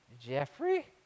Jeffrey